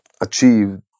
achieved